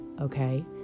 okay